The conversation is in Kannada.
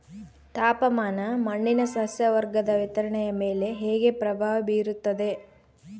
ತಾಪಮಾನ ಮಣ್ಣಿನ ಸಸ್ಯವರ್ಗದ ವಿತರಣೆಯ ಮೇಲೆ ಹೇಗೆ ಪ್ರಭಾವ ಬೇರುತ್ತದೆ?